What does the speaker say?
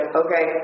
okay